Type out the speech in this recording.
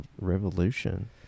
Revolution